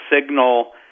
signal